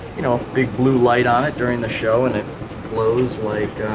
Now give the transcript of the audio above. you know, big blue light on it during the show and it glows like